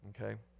okay